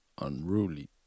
Unruly